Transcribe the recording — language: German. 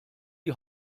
die